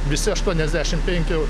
visi aštuoniasdešimt penki